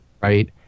Right